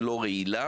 אבל שלא תהיה רעילה.